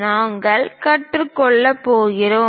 நாங்கள் கற்றுக்கொள்ளப் போகிறோம்